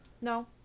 No